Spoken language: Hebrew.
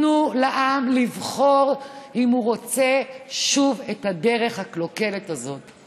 תנו לעם לבחור אם הוא רוצה שוב את הדרך הקלוקלת הזאת.